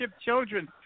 children